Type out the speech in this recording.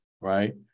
Right